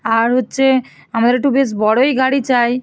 আর হচ্ছে আমার একটু বেশ বড়ই গাড়ি চাই